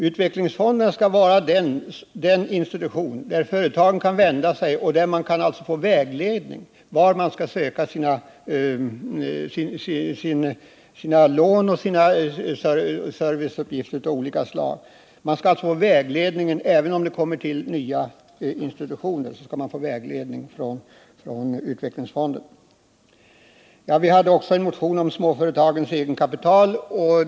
Utvecklingsfonden skall vara den institution dit företagen kan vända sig och få vägledning och besked om var de skall söka sina lån och servicetjänster av olika slag. Även om nya institutioner tillkommer skall alltså företagen få vägledning från utvecklingsfonden. Vi har också en motion om småföretagens eget kapital.